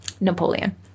Napoleon